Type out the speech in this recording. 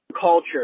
culture